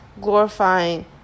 glorifying